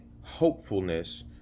hopefulness